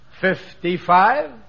Fifty-five